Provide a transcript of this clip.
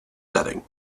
setting